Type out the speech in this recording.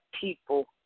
people